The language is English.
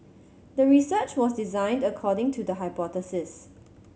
the research was designed according to the hypothesis